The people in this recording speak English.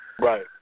Right